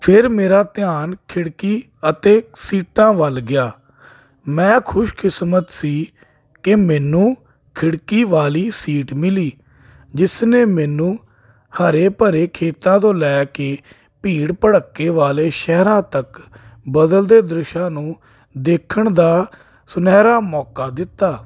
ਫਿਰ ਮੇਰਾ ਧਿਆਨ ਖਿੜਕੀ ਅਤੇ ਸੀਟਾਂ ਵੱਲ ਗਿਆ ਮੈਂ ਖੁਸ਼ਕਿਸਮਤ ਸੀ ਕਿ ਮੈਨੂੰ ਖਿੜਕੀ ਵਾਲੀ ਸੀਟ ਮਿਲੀ ਜਿਸ ਨੇ ਮੈਨੂੰ ਹਰੇ ਭਰੇ ਖੇਤਾਂ ਤੋਂ ਲੈ ਕੇ ਭੀੜ ਭੜੱਕੇ ਵਾਲੇ ਸ਼ਹਿਰਾਂ ਤੱਕ ਬਦਲਦੇ ਦ੍ਰਿਸ਼ਾਂ ਨੂੰ ਦੇਖਣ ਦਾ ਸੁਨਹਿਰਾ ਮੌਕਾ ਦਿੱਤਾ